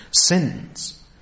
sins